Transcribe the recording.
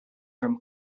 from